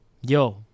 yo